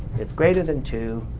it's greater than two,